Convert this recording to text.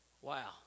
Wow